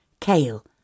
Kale